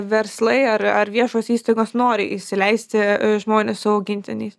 verslai ar ar viešos įstaigos nori įsileisti žmones su augintiniais